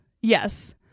Yes